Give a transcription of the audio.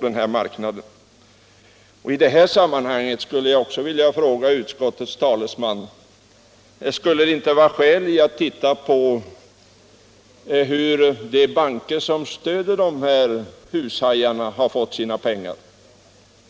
från marknaden. I det här sammanhanget skulle jag också vilja fråga utskottets talesman: Skulle det inte vara skäl i att titta på hur de banker som stöder hushajarna har fått sina pengar?